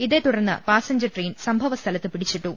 ഇതേ തുടർന്ന് passenger train സംഭ വസ്ഥലത്ത് പിടിച്ചിട്ടു